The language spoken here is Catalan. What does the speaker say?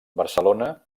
barcelona